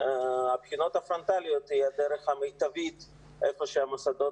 הבחינות הפרונטליות היא הדרך המיטבית היכן שהמוסדות